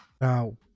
Now